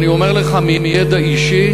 ואני אומר לך מידע אישי,